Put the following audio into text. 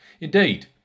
Indeed